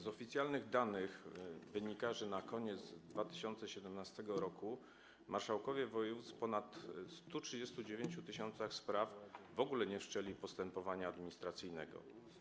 Z oficjalnych danych wynika, że na koniec 2017 r. marszałkowie województw w ponad 139 tys. spraw w ogóle nie wszczęli postępowania administracyjnego.